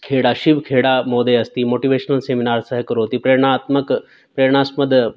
खेडा शिवखेडा महोदयः अस्ति motivational seminar सः करोति प्रेरणात्मकं प्रेरणास्पदं